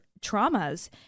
traumas